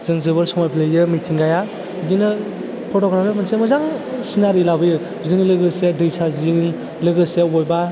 जों जोबोर समायफ्लेहोयो मिथिंगाया बिदिनो फटग्राफीआ मोनसे मोजां चिनारी लाबोयो बिजों लोगोसे दैसा जिंनि लोगोसे अबेबा